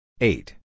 Eight